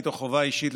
מתוך חובה אישית,